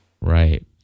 Right